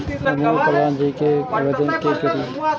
हमू प्रधान जी के आवेदन के करी?